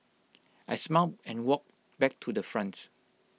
I smiled and walked back to the front